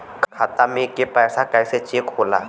खाता में के पैसा कैसे चेक होला?